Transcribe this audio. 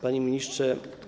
Panie Ministrze!